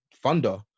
thunder